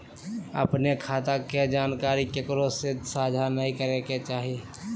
अपने खता के जानकारी केकरो से साझा नयय करे के चाही